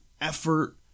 effort